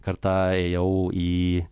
kartą įėjau į